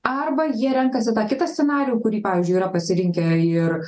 arba jie renkasi tą kitą scenarijų kurį pavyzdžiui yra pasirinkę ir